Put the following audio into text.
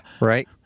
Right